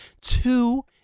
two